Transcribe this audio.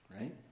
right